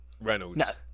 Reynolds